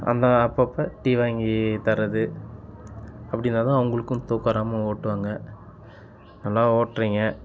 அந்த அப்பப்போ டீ வாங்கி தர்றது அப்படினாதான் அவங்களுக்கும் தூக்கம் வராமல் ஓட்டுவாங்க நல்லா ஓட்டுறீங்க